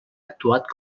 actuat